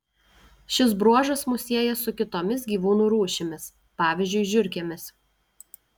šis bruožas mus sieja su kitomis gyvūnų rūšimis pavyzdžiui žiurkėmis